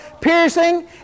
piercing